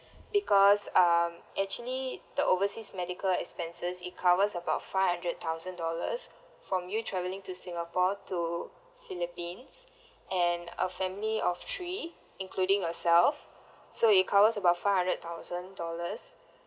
because um actually the overseas medical expenses it covers about five hundred thousand dollars from you travelling to singapore to philippines and a family of three including yourself so it covers about five hundred thousand dollars